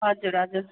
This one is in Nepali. हजुर हजुर